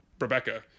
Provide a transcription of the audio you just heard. Rebecca